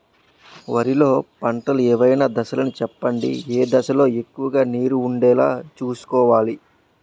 వరిలో పంటలు ఏమైన దశ లను చెప్పండి? ఏ దశ లొ ఎక్కువుగా నీరు వుండేలా చుస్కోవలి?